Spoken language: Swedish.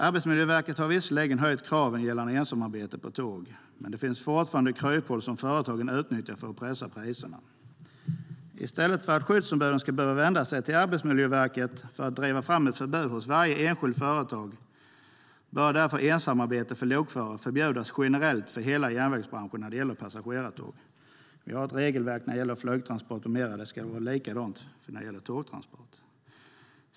Arbetsmiljöverket har visserligen höjt kraven gällande ensamarbete på tåg, men det finns fortfarande kryphål som företagen utnyttjar för att pressa priserna. I stället för att skyddsombuden ska behöva vända sig till Arbetsmiljöverket för att driva fram ett förbud hos varje enskilt företag bör därför ensamarbete för lokförare förbjudas generellt för hela järnvägsbranschen när det gäller passagerartåg. Vi har ett regelverk när det gäller flygtransporter och menar att det ska vara likadant när det gäller tågtransporter.